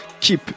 Keep